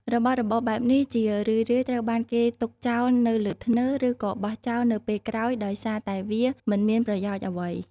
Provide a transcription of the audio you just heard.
របស់របរបែបនេះ ជារឿយៗត្រូវបានគេទុកចោលនៅលើធ្នើ ឬក៏បោះចោលនៅពេលក្រោយដោយសារតែវាមិនមានប្រយោជន៍អ្វី។